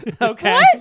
Okay